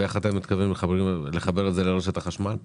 איך אתם מתכוונים לחבר את זה לרשת החשמל?